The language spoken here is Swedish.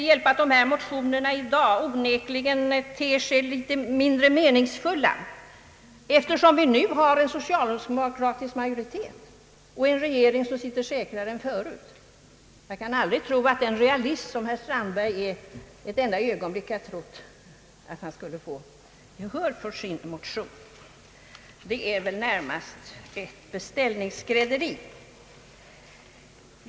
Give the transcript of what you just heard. Vad som utbjudes är nyheter, kulturella program, teater, osv., osv. Jag kan inte anse att licensavgiften är alltför dyr.